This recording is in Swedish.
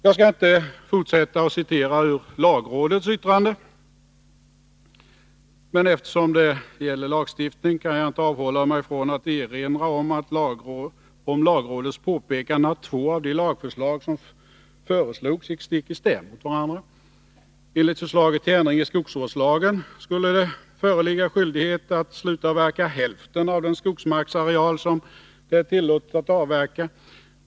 Jag skall inte fortsätta att citera ur lagrådets yttrande, men eftersom det gäller lagstiftning kan jag inte avhålla mig från att erinra om lagrådets påpekande att två av de lagförslag som framlades gick stick i stäv mot varandra. Enligt förslaget till ändring i skogsvårdslagen skulle det föreligga skyldighet att slutavverka hälften av den skogsmarksareal som det är tillåtet att avverka.